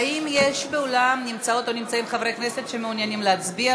האם באולם נמצאות או נמצאים חברי כנסת שמעוניינים להצביע?